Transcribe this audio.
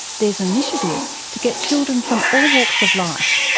there's an initiative to get children from all walks of life,